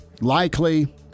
likely